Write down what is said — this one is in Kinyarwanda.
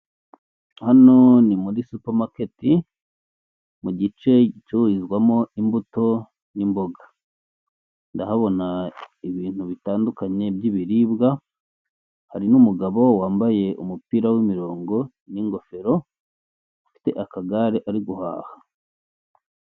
Hano ni muri supamaketi mu gice gicururizwamo imbuto n'imboga. Ndahabona ibintu bitandukanye by'ibiribwa, hari n'umugabo wambaye umupira w'imirongo n'ingofero ufite akagare ari guhaha.